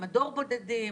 מדור בודדים,